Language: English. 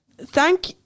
thank